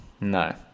No